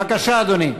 בבקשה, אדוני.